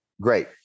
Great